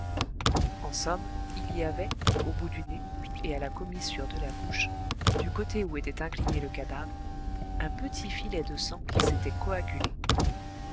en somme il y avait au bout du nez et à la commissure de la bouche du côté où était incliné le cadavre un petit filet de sang qui s'était coagulé